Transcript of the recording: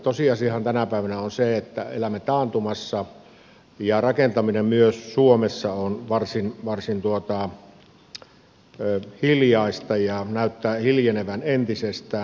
tosiasiahan tänä päivänä on se että elämme taantumassa ja rakentaminen myös suomessa on varsin hiljaista ja näyttää hiljenevän entisestään